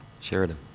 Sheridan